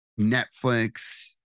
netflix